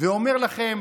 ואומר לכם: